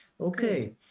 Okay